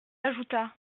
ajouta